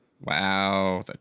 Wow